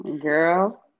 Girl